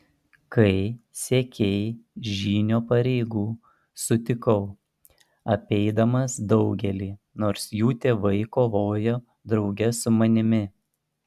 kai siekei žynio pareigų sutikau apeidamas daugelį nors jų tėvai kovojo drauge su manimi